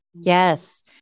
Yes